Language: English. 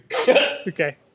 Okay